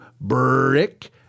Brick